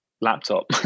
laptop